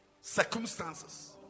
circumstances